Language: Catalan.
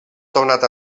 tornat